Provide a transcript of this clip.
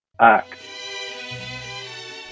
act